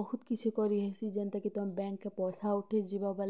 ବହୁତ୍ କିଛି କରିହେସି ଯେନ୍ତା କି ତମେ ବ୍ୟାଙ୍କ୍କେ ପଇସା ଉଠେଇଯିବ ବେଲେ